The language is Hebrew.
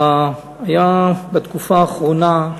היו בתקופה האחרונה,